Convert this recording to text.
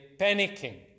panicking